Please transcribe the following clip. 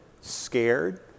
scared